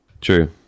True